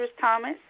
Thomas